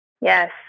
Yes